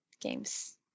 games